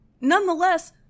Nonetheless